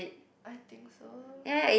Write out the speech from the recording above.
I think so